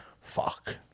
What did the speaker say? Fuck